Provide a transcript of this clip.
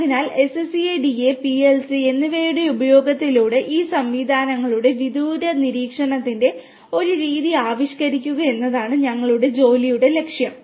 അതിനാൽ SCADA PLC എന്നിവയുടെ ഉപയോഗത്തിലൂടെ ഈ സംവിധാനങ്ങളുടെ വിദൂര നിരീക്ഷണത്തിന്റെ ഒരു രീതി ആവിഷ്കരിക്കുക എന്നതാണ് ഞങ്ങളുടെ ജോലിയുടെ ലക്ഷ്യം